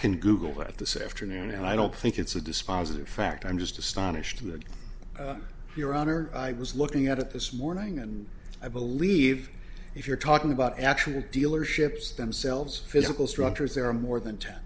can google that this afternoon and i don't think it's a dispositive fact i'm just astonished that your honor i was looking at it this morning and i believe if you're talking about actual dealerships themselves physical structures there are more than ten